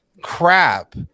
crap